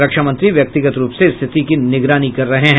रक्षामंत्री व्यक्तिगत रूप से स्थिति की निगरानी कर रहे हैं